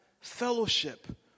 fellowship